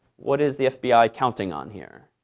what is the fbi counting on here?